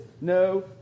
no